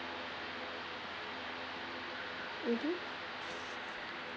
mmhmm